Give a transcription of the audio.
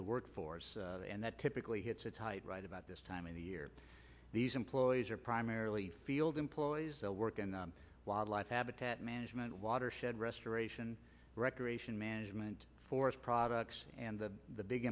the workforce and that typically hits its height right about this time of the year these employees are primarily field employees work and wildlife habitat management watershed restoration recreation management forest products and the